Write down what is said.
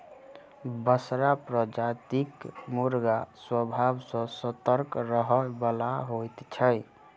बसरा प्रजातिक मुर्गा स्वभाव सॅ सतर्क रहयबला होइत छै